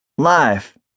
Life